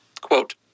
quote